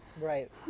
Right